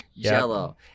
jello